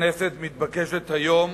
הכנסת מתבקשת היום